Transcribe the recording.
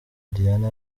diane